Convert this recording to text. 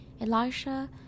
Elisha